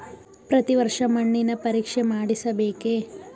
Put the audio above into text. ಪ್ರತಿ ವರ್ಷ ಮಣ್ಣಿನ ಪರೀಕ್ಷೆ ಮಾಡಿಸಬೇಕೇ?